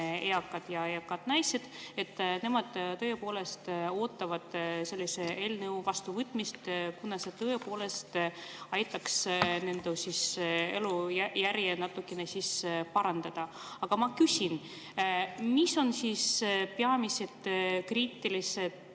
eakad, eriti eakad naised, ja nemad tõepoolest ootavate sellise eelnõu vastuvõtmist, kuna see tõepoolest aitaks nende elujärge natukene parandada. Aga ma küsin, mis on peamised kriitilised